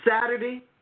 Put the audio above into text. Saturday